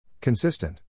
Consistent